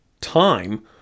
time